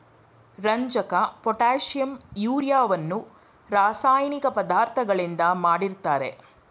ರಂಜಕ, ಪೊಟ್ಯಾಷಿಂ, ಯೂರಿಯವನ್ನು ರಾಸಾಯನಿಕ ಪದಾರ್ಥಗಳಿಂದ ಮಾಡಿರ್ತರೆ